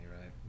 right